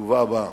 תגובה באה.